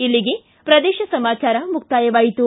ಇಲ್ಲಿಗೆ ಪ್ರದೇಶ ಸಮಾಚಾರ ಮುಕ್ತಾಯವಾಯಿತು